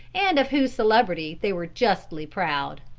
and of whose celebrity they were justly proud.